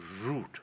root